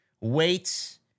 wait